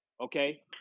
okay